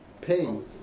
pain